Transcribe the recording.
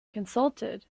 consulted